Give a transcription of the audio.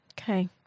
Okay